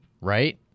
Right